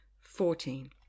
Fourteen